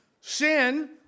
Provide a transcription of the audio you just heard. sin